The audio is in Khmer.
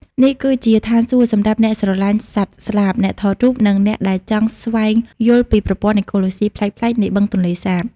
នេះគឺជាឋានសួគ៌សម្រាប់អ្នកស្រឡាញ់សត្វស្លាប អ្នកថតរូប និងអ្នកដែលចង់ស្វែងយល់ពីប្រព័ន្ធអេកូឡូស៊ីប្លែកៗនៃបឹងទន្លេសាប។